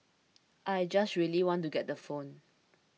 I just really want to get the phone